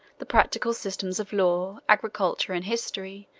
the practical systems of law, agriculture, and history,